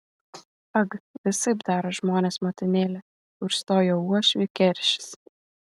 ag visaip daro žmonės motinėle užstojo uošvį keršis